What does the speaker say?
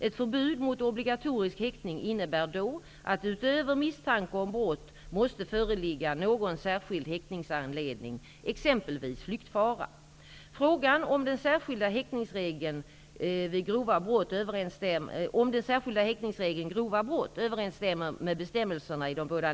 Ett förbud mot obligatorisk häktning innebär då att det utöver misstanke om brott måste föreligga någon särskild häktningsanledning, exempelvis flyktfara. 138 f.f.).